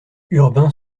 urbain